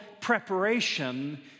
preparation